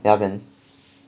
yeah man